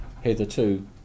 hitherto